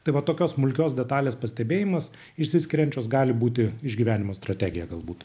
tai va tokios smulkios detalės pastebėjimas išsiskiriančios gali būti išgyvenimo strategija galbūt